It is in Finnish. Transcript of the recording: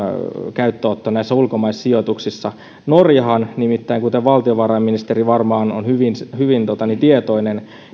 käyttöönotto ulkomaisissa sijoituksissa norjahan nimittäin kuten valtiovarainministeri varmaan on hyvin tietoinen